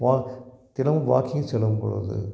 வா தினமும் வாக்கிங் செல்லும் பொழுது